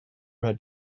had